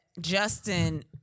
Justin